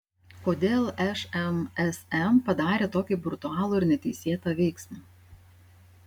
kodėl šmsm padarė tokį brutalų ir neteisėtą veiksmą